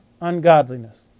ungodliness